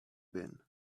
been